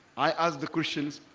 i ask the questions,